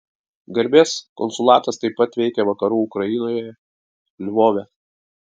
garbės konsulatas taip pat veikia vakarų ukrainoje lvove